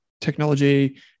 technology